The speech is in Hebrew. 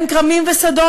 בין כרמים ושדות,